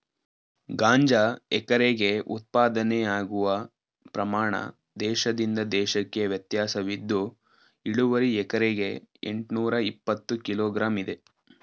ಗಾಂಜಾ ಎಕರೆಗೆ ಉತ್ಪಾದನೆಯಾಗುವ ಪ್ರಮಾಣ ದೇಶದಿಂದ ದೇಶಕ್ಕೆ ವ್ಯತ್ಯಾಸವಿದ್ದು ಇಳುವರಿ ಎಕರೆಗೆ ಎಂಟ್ನೂರಇಪ್ಪತ್ತು ಕಿಲೋ ಗ್ರಾಂ ಇದೆ